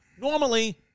Normally